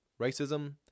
Racism